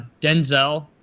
Denzel